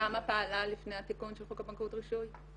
אלה הכללים של רשומה מוסדית.